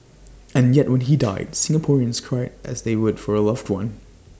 and yet when he died Singaporeans cried as they would for A loved one